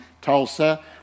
Tulsa